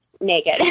naked